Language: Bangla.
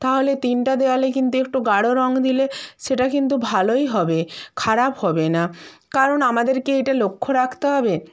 তাহলে তিনটা দেওয়ালে কিন্তু একটু গাঢ় রঙ দিলে সেটা কিন্তু ভালোই হবে খারাপ হবে না কারণ আমাদেরকে এটা লক্ষ্য রাখতে হবে